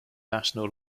national